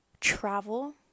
travel